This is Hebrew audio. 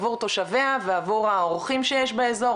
עבור תושביה ועבור האורחים שיש באזור,